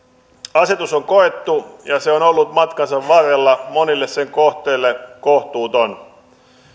asetus on koettu ja se on ollut matkansa varrella monelle sen kohteelle kohtuuton